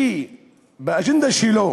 שבאג'נדה שלו